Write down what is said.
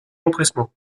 empressement